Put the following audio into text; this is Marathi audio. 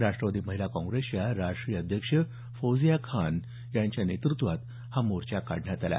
राष्टवादी महिला काँग्रेसच्या राष्ट्रीय अध्यक्ष फौजीया खान यांच्या नेतृत्वाखाली हा मोर्चा काढण्यात आला